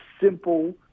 simple